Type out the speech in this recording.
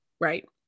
Right